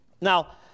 Now